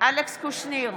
אלכס קושניר,